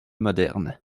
modernes